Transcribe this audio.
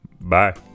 Bye